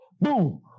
Boom